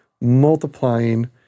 multiplying